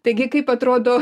taigi kaip atrodo